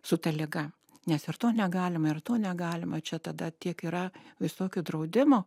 su ta liga nes ir to negalima ir to negalima čia tada tiek yra visokių draudimų